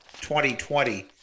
2020